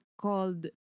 called